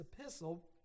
epistle